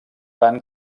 van